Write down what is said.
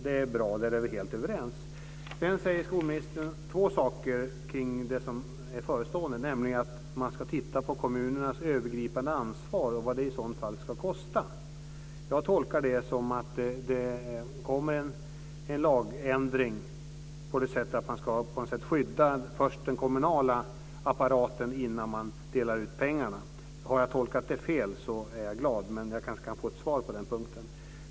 Det är bra, och där är vi helt överens. Sedan säger skolministern två saker kring det som är förestående. Det första är att man ska titta på kommunernas övergripande ansvar och vad det i så fall ska kosta. Jag tolkar det som att det kommer en lagändring där man först ska skydda den kommunala apparaten innan man delar ut pengarna. Har jag tolkat det fel är jag glad, men jag kanske kan få ett svar på den punkten.